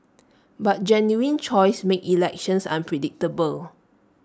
but genuine choice makes elections unpredictable